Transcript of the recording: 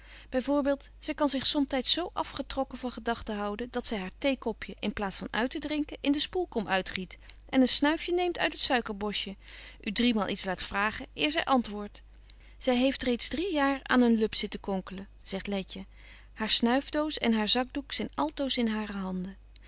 by voorbeeld zy kan zich somtyds zo afgetrokken van gedagten houden dat zy haar theekopje in plaats van uittedrinken in de spoelkom uitgiet en een snuifje neemt uit het suikerbosje u driemaal iets laat vragen eer zy antwoordt zy heeft reeds drie jaar aan een lub zitten konkelen zegt letje haar snuifdoos en haar zakdoek zyn altoos in hare handen